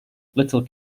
little